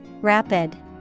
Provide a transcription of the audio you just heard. Rapid